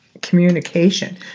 communication